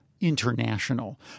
International